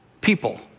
people